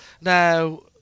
Now